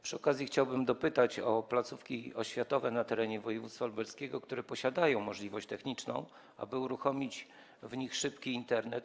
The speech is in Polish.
Przy okazji chciałbym dopytać o placówki oświatowe na terenie województwa lubelskiego, które posiadają techniczną możliwość, aby uruchomić w nich szybki Internet.